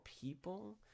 people